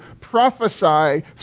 prophesy